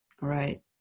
right